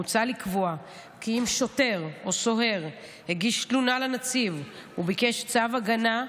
מוצע לקבוע כי אם שוטר או סוהר הגיש תלונה לנציב וביקש צו הגנה,